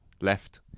left